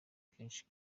kenshi